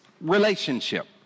relationship